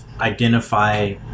identify